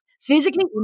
physically